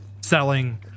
selling